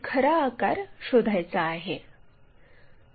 आणि खरा आकार शोधायचा आहे